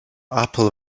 apple